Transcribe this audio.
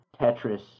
Tetris